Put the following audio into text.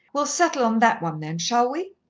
we'll settle on that one, then, shall we?